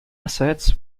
assets